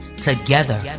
together